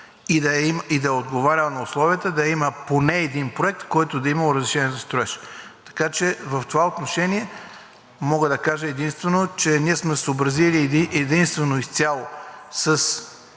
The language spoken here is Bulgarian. и да е отговаряла на условията да има поне един проект, който да е имал разрешение за строеж. Така че в това отношение мога да кажа единствено, че ние сме се съобразили единствено и изцяло с